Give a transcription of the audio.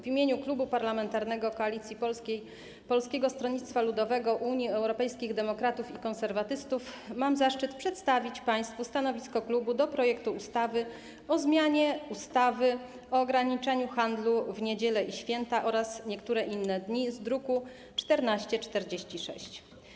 W imieniu Klubu Parlamentarnego Koalicja Polska - Polskie Stronnictwo Ludowe, Unia Europejskich Demokratów, Konserwatyści mam zaszczyt przedstawić państwu stanowisko klubu wobec projektu ustawy o zmianie ustawy o ograniczeniu handlu w niedziele i święta oraz w niektóre inne dni z druku nr 1446.